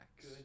Good